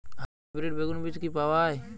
Hybrid বেগুন বীজ কি পাওয়া য়ায়?